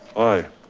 aye,